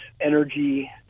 energy